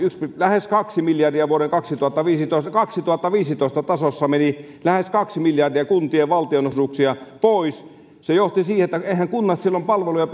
lähes kaksi miljardia vuoden kaksituhattaviisitoista kaksituhattaviisitoista tasossa meni lähes kaksi miljardia kuntien valtionosuuksia pois se johti siihen että eiväthän kunnat silloin palveluja